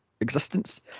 existence